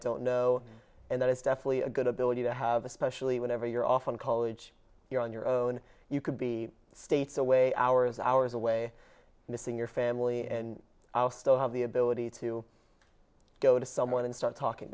don't know and that is definitely a good ability to have especially whenever you're off on college you're on your own you could be states away hours hours away missing your family and i'll still have the ability to go to someone and start talking